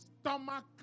stomach